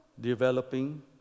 developing